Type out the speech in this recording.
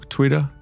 Twitter